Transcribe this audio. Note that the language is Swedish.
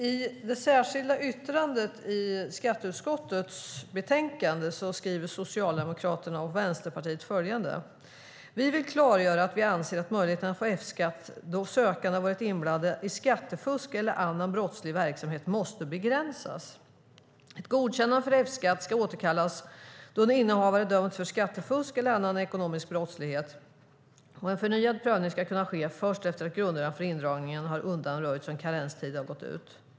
I det särskilda yttrandet i skatteutskottets betänkande skriver Socialdemokraterna och Vänsterpartiet följande: Vi vill klargöra att vi anser att möjligheten att få F-skatt då sökanden har varit inblandad i skattefusk eller annan brottslig verksamhet måste begränsas. Ett godkännande för F-skatt ska återkallas då en innehavare dömts för skattefusk eller annan ekonomisk brottslighet, och en förnyad prövning ska kunna ske först efter att grunderna för indragningen har undanröjts och en karenstid har gått ut.